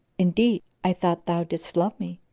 indeed, i thought thou didst love me,